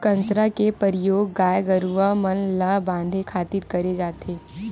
कांसरा के परियोग गाय गरूवा मन ल बांधे खातिर करे जाथे